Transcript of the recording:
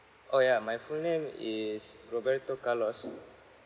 oh yeah my full name is roberto carlos